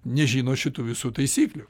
nežino šitų visų taisyklių